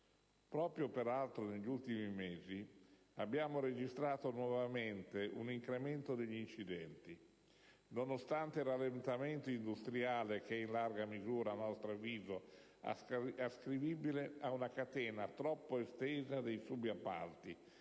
proprio negli ultimi mesi abbiamo registrato nuovamente un incremento degli incidenti, nonostante il rallentamento industriale, in larga misura - a nostro avviso - ascrivibile ad una catena troppo estesa dei subappalti,